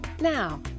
Now